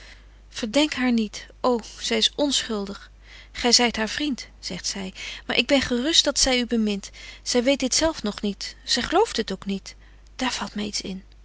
verdenk haar niet ô zy is onschuldig gy zyt haar vriend zegt zy maar ik ben gerust dat zy u bemint zy weet dit zelf nog niet zy gelooft het ook niet daar valt my iets in